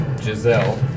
Giselle